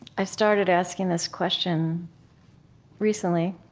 i've started asking this question recently,